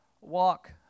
walk